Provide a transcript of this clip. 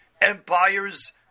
empires